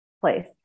place